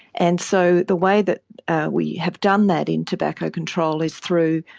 and so the way that we have done that in tobacco control is through